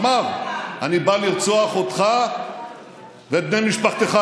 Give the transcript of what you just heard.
אמר: אני בא לרצוח אותך ואת בני משפחתך.